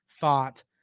thought